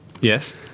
Yes